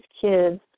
kids